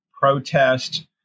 protest